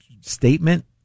statement